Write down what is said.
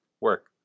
work